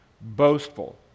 boastful